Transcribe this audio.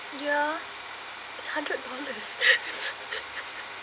ya a hundred dollars